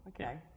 okay